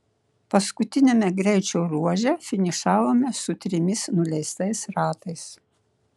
paskutiniame greičio ruože finišavome su trimis nuleistais ratais